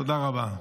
תודה רבה.